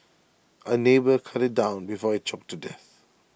A neighbour cut IT down before IT choked to death